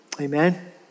Amen